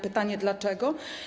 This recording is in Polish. Pytanie: Dlaczego?